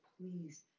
please